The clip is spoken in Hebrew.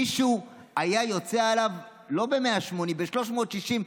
מישהו היה יוצא עליו לא ב-180, ב-360.